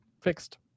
fixed